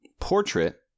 Portrait